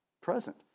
present